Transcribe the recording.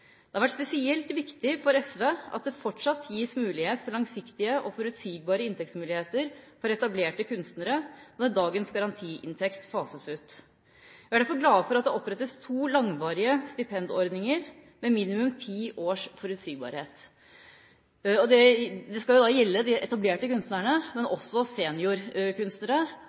Det har vært spesielt viktig for SV at det fortsatt gis mulighet for langsiktige og forutsigbare inntektsmuligheter for etablerte kunstnere når dagens garantiinntekt fases ut. Vi er derfor glade for at det opprettes to langvarige stipendordninger, med minimum ti års forutsigbarhet. Det skal gjelde de etablerte kunstnerne, men også seniorkunstnere.